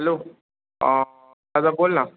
hello दादा बोल ना